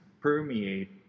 permeate